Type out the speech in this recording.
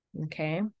okay